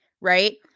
right